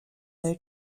their